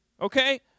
okay